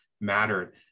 mattered